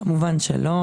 מובן שלא.